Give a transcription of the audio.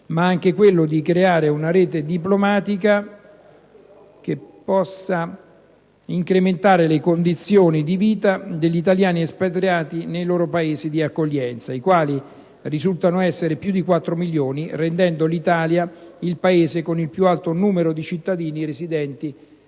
ma anche quello di creare una rete diplomatica che possa incrementare le condizioni di vita degli italiani espatriati nei loro Paesi di accoglienza, i quali risultano essere più di 4 milioni, rendendo l'Italia il Paese con il più alto numero di cittadini residenti